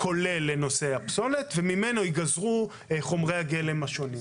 כולל לנושא הפסולת וממנו ייגזרו חומרי הגלם השונים.